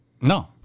No